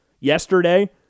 yesterday